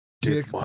Dick